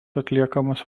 atliekamas